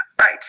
Right